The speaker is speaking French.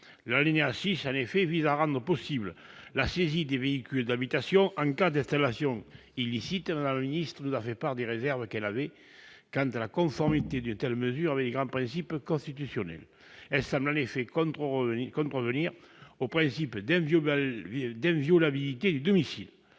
L'alinéa 6 de l'article 6 rend possible la saisie des véhicules d'habitation en cas d'installation illicite. Mme la ministre nous a fait part de ses réserves quant à la conformité d'une telle mesure avec les grands principes constitutionnels. Celle-ci semble en effet contrevenir au principe d'inviolabilité du domicile.